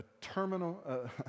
terminal